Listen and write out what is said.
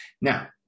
Now